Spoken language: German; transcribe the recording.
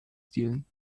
stilen